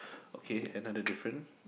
okay another different